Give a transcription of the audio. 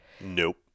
Nope